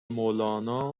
مولانا